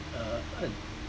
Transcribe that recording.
uh uh